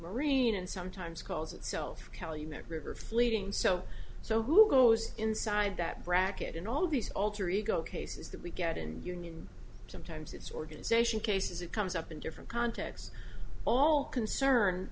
marine and sometimes calls itself calumet river fleeting so so who goes inside that bracket and all these alter ego cases that we get in the union sometimes it's organization cases it comes up in different contexts all concern